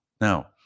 Now